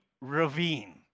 ravine